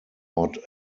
odd